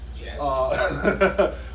Yes